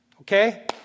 Okay